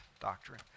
doctrine